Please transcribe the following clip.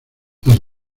las